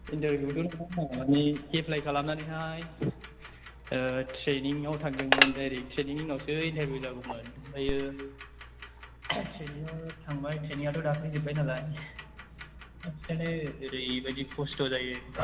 इन्थारभिउआथ' दङ मानि एप्लाइ खालामनानैहाय थ्रेइनिंआव थादोंमोन दाइरेक्ट थ्रेइनिंनि उनावसो इन्टारभिउ जागौमोन ओमफ्राय थ्रेइनिंआव थांबाय थ्रेइनिंआथ' दाख्लै जोबबाय नालाय ओरैबायदि खस्थ' जायो